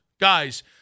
Guys